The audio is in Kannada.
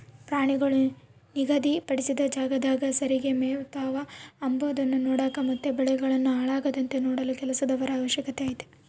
ಪ್ರಾಣಿಗಳು ನಿಗಧಿ ಪಡಿಸಿದ ಜಾಗದಾಗ ಸರಿಗೆ ಮೆಯ್ತವ ಅಂಬದ್ನ ನೋಡಕ ಮತ್ತೆ ಬೆಳೆಗಳನ್ನು ಹಾಳಾಗದಂತೆ ನೋಡಲು ಕೆಲಸದವರ ಅವಶ್ಯಕತೆ ಐತೆ